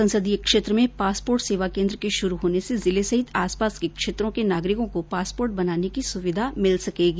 संसदीय क्षेत्र में पासपोर्ट सेवा के शुरू होने से जिले सहित आस पास के क्षेत्रों के नागरिकों को पासपोर्ट बनाने की सुविधा मिल सकेगी